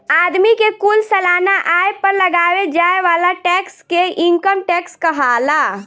आदमी के कुल सालाना आय पर लगावे जाए वाला टैक्स के इनकम टैक्स कहाला